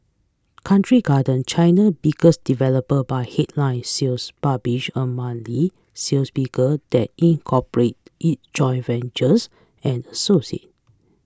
Country Garden China biggest developer by headline sales publish a monthly sales figure that incorporate it joint ventures and associate